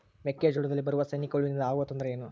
ಮೆಕ್ಕೆಜೋಳದಲ್ಲಿ ಬರುವ ಸೈನಿಕಹುಳುವಿನಿಂದ ಆಗುವ ತೊಂದರೆ ಏನು?